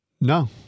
No